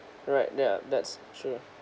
right yeah that's true